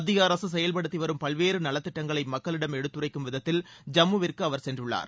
மத்திய அரசு செயல்படுத்தி வரும் பல்வேறு நலத்திட்டங்களை மக்களிடம் எடுத்துரைக்கும் விதத்தில் ஜம்முவிற்கு அவர் சென்றுள்ளார்